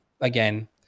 again